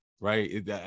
right